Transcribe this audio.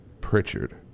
Pritchard